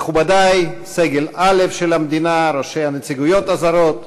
מכובדי, סגל א' של המדינה, ראשי הנציגויות הזרות,